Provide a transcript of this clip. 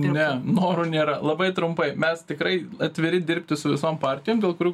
ne noro nėra labai trumpai mes tikrai atviri dirbti su visom partijom dėl kurių